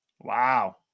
wow